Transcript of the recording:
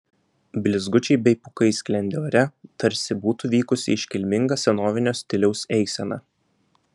blizgučiai bei pūkai sklendė ore tarsi būtų vykusi iškilminga senovinio stiliaus eisena